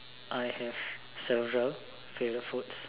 I have several favourite foods